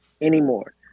anymore